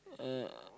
uh